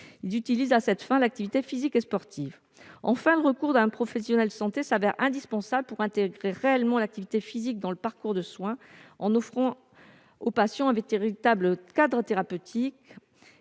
Ils utilisent à cette fin l'activité physique et sportive. Enfin, le recours à un professionnel de santé s'avère indispensable pour intégrer réellement l'activité physique dans le parcours de soins en offrant aux patients un véritable cadre thérapeutique